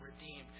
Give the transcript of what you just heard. redeemed